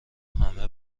همه